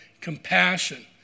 compassion